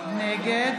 נגד